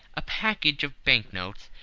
a package of banknotes,